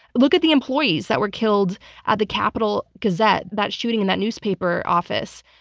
look at the employees that were killed at the capital gazette, that shooting in that newspaper office.